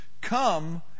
come